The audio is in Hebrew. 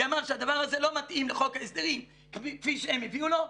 אמר שהדבר הזה לא מתאים לחוק ההסדרים כפי שהם הביאו לו,